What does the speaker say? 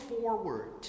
forward